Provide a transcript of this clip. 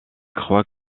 croit